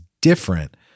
different